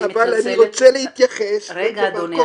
אבל אני רוצה להתייחס --- אדוני,